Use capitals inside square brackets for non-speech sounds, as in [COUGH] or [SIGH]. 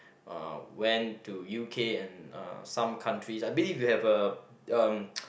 uh went to U_K and uh some countries I believe you have uh um [NOISE]